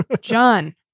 John